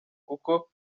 kuko